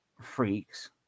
freaks